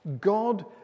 God